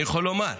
אני יכול לומר,